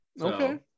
okay